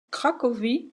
cracovie